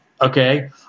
okay